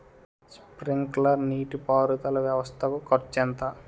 Sprinkler నీటిపారుదల వ్వవస్థ కు ఖర్చు ఎంత?